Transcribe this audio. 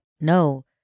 no